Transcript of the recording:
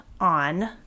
on